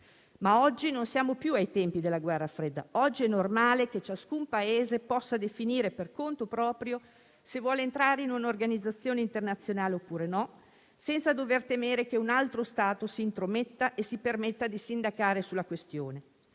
però non siamo più ai tempi della guerra fredda. Oggi è normale che ciascun Paese possa definire per conto proprio se vuole entrare o meno in un'organizzazione internazionale, senza dover temere che un altro Stato si intrometta e si permetta di sindacare sulla questione.